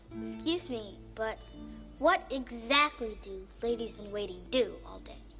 excuse me, but what exactly do ladies in waiting do all day?